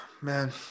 man